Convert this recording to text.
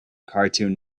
cartoon